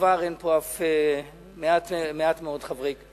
וכבר יש פה מעט מאוד חברי כנסת.